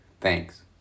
Thanks